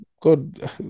god